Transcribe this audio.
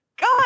God